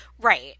right